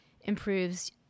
improves